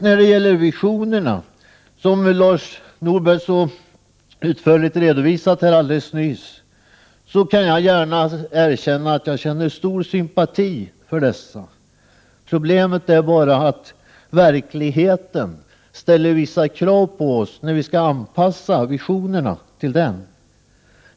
När det gäller visionerna, som Lars Norberg nyss här utförligt redogjorde för, kan jag villigt erkänna att jag hyser stor sympati för dem. Problemet är bara att verkligheten ställer vissa krav när visionerna skall anpassas till den.